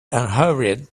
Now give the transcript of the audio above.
unhurried